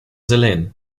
helene